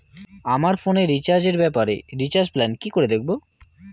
আমার ফোনে রিচার্জ এর ব্যাপারে রিচার্জ প্ল্যান কি করে দেখবো?